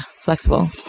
flexible